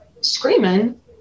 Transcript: screaming